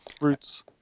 Roots